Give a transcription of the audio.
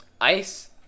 ice